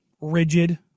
rigid